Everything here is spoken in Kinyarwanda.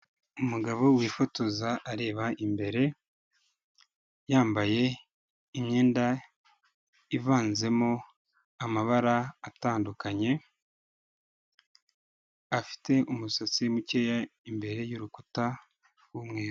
Umugabo wifotoza areba imbere yambaye imyenda ivanzemo amabara atandukanye, afite umusatsi mukeya imbere y'urukuta rw'umweru.